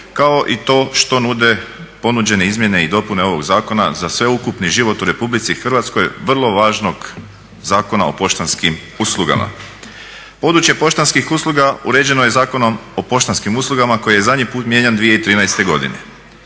kao i to što nude ponuđene izmjene i dopune ovog zakona za sveukupni život u RH vrlo važnog Zakona o poštanskim uslugama. Područje poštanskih usluga uređeno je Zakonom o poštanskim uslugama koji je zadnji put mijenjan 2013.godine,